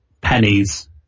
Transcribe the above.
pennies